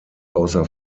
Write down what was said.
außer